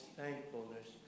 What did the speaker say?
thankfulness